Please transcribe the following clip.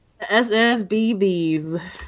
SSBBs